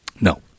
No